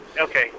Okay